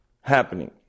happening